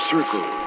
Circle